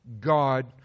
God